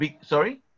Sorry